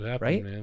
right